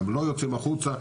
הם לא יוצאים החוצה,